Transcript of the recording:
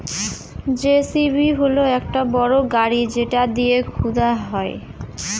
JCB হল একটা বড় গাড়ি যেটা দিয়ে খুদা হয়